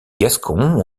gascons